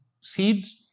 seeds